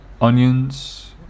Onions